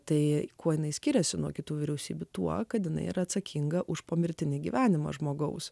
tai kuo jinai skiriasi nuo kitų vyriausybių tuo kad jinai yra atsakinga už pomirtinį gyvenimą žmogaus